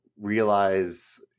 realize